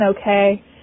okay